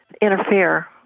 interfere